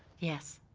yes.